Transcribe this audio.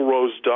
Rose